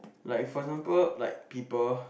like for example like people